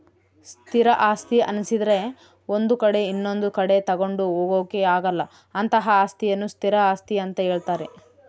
ಸ್ಥಿರ ಆಸ್ತಿ ಅನ್ನಿಸದ್ರೆ ಒಂದು ಕಡೆ ಇನೊಂದು ಕಡೆ ತಗೊಂಡು ಹೋಗೋಕೆ ಆಗಲ್ಲ ಅಂತಹ ಅಸ್ತಿಯನ್ನು ಸ್ಥಿರ ಆಸ್ತಿ ಅಂತ ಹೇಳ್ತಾರೆ